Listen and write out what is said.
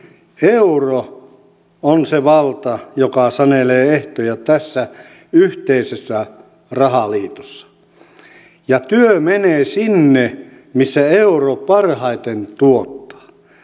euro on se valta joka sanelee ehtoja tässä yhteisessä rahaliitossa ja työ menee sinne missä euro parhaiten tuottaa